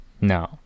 No